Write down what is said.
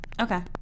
Okay